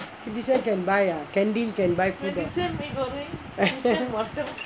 fifty cent can buy ah canteen can buy food all